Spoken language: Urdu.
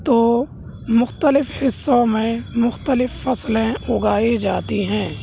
تو مختلف حصوں میں مختلف فصلیں اگائی جاتی ہیں